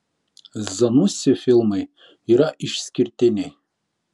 zanussi filmai yra išskirtiniai